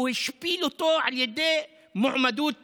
הוא השפיל אותו על ידי מועמדות